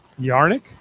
Yarnik